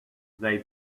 they